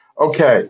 Okay